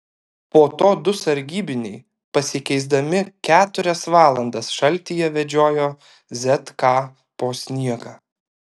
po to du sargybiniai pasikeisdami keturias valandas šaltyje vedžiojo zk po sniegą